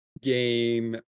game